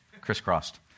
crisscrossed